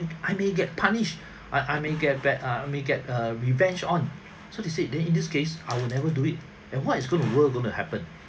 I may get punished I I may get bad uh may get a revenge on so they said then in this case I'll never do it and what it's gonna will going to happen